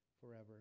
forever